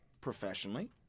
professionally